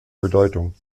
bedeutung